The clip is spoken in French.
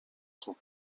son